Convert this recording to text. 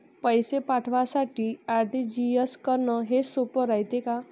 पैसे पाठवासाठी आर.टी.जी.एस करन हेच सोप रायते का?